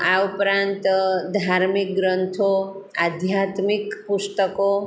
આ ઉપરાંત ધાર્મિક ગ્રંથો આધ્યાત્મિક પુસ્તકો